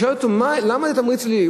שאלתי, למה זה יהיה תמריץ שלילי?